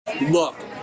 look